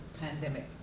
pandemic